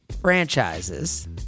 franchises